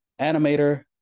animator